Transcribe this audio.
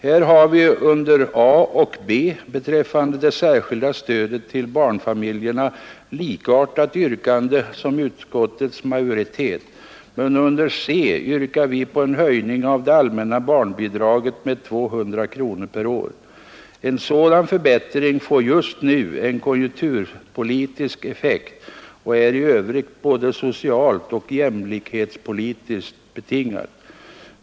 Här har vi under A och B beträffande det särskilda stödet till barnfamiljerna likartat yrkande som utskottets majoritet, men under C yrkar vi på en höjning av det allmänna barnbidraget med 200 kronor per år. En sådan förbättring får just nu en konjunkturpolitisk effekt och är i övrigt både socialt och jämlikhetspolitiskt betingad.